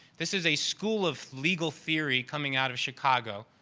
this is a school of legal theory coming out of chicago,